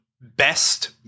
best